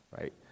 Right